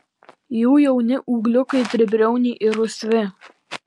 jų jauni ūgliukai tribriauniai ir rusvi